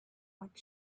what